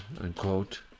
unquote